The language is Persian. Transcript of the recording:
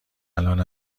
الان